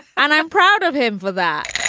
and i'm proud of him for that